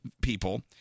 people